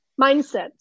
mindset